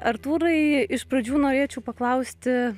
artūrai iš pradžių norėčiau paklausti